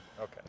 Okay